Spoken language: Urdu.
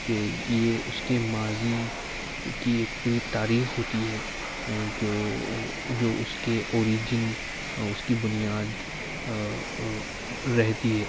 کہ یہ اس کے ماضی کی ایک پوری تارخ ہوتی ہے جو جو اس کےاوریجن اس کی بنیاد رہتی ہے